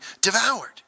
devoured